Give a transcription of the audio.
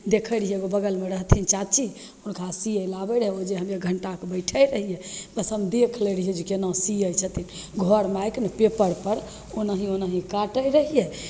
देखै रहिए एगो बगलमे रहथिन चाची हुनका सिएले आबै रहै ओ जे हमे एक घण्टाके बैठै रहिए बस हम देखि लै रहिए जे कोना सिए छथिन घरमे आके ने पेपरपर ओनाहि ओनाहि काटै रहिए